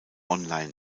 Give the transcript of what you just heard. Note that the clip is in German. online